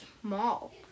small